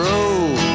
Road